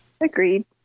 Agreed